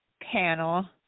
panel